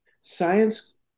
Science